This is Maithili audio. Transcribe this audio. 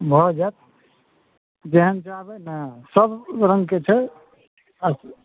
भऽ जाएत जेहन चाहबै ने सब रङ्गके छै आब